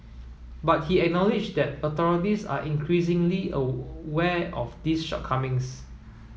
but he acknowledged that authorities are increasingly aware of these shortcomings